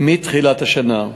מתחילת השנה.